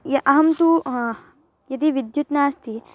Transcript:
या अहं तु यदि विद्युत् नास्ति